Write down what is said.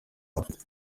afite